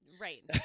Right